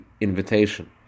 invitation